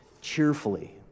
cheerfully